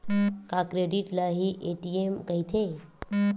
का क्रेडिट ल हि ए.टी.एम कहिथे?